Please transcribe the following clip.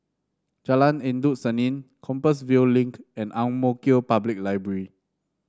Jalan Endut Senin Compassvale Link and Ang Mo Kio Public Library